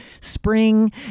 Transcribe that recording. spring